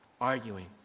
arguing